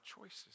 choices